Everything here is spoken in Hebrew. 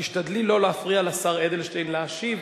תשתדלי לא להפריע לשר אדלשטיין להשיב,